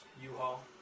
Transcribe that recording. U-Haul